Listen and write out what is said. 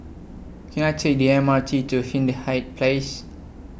Can I Take The M R T to Hindhede Place